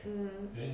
um hmm